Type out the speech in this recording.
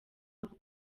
avuga